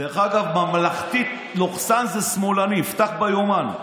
דרך אגב, ממלכתית, לוכסן, זה שמאלני, פתח ביומן.